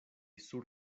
sur